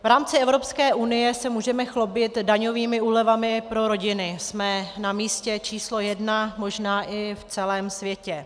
V rámci Evropské unie se můžeme chlubit daňovými úlevami pro rodiny, jsme na místě číslo jedna možná i v celém světě.